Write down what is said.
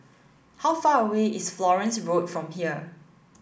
how far away is Florence Road from here